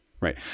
Right